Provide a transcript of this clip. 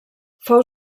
fou